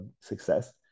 success